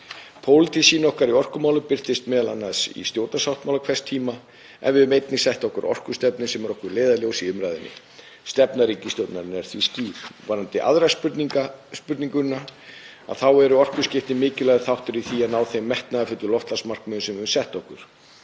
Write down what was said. Pólitísk sýn okkar í orkumálum birtist m.a. í stjórnarsáttmála hvers tíma en við höfum einnig sett okkur orkustefnu sem er okkur leiðarljós í umræðunni. Stefna ríkisstjórnarinnar er því skýr. Varðandi aðra spurninguna þá eru orkuskiptin mikilvægur þáttur í því að ná þeim metnaðarfullu loftslagsmarkmiðum sem við höfum sett okkur.